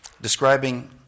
Describing